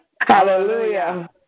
Hallelujah